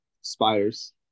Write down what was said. Spires